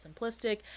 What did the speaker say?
simplistic